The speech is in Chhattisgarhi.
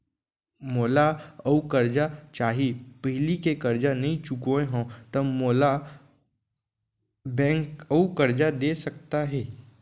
मोला अऊ करजा चाही पहिली के करजा नई चुकोय हव त मोल ला बैंक अऊ करजा दे सकता हे?